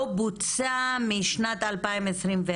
לא בוצע משנת 2021,